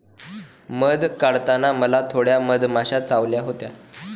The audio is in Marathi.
मध काढताना मला थोड्या मधमाश्या चावल्या होत्या